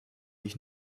ich